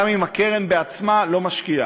גם אם הקרן בעצמה לא משקיעה.